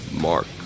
mark